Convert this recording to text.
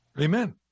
Amen